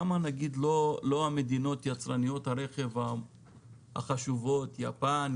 למה המדינות יצרניות הרכב החשובות כמו יפן,